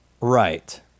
Right